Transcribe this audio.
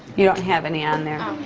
you don't have any on there. oh.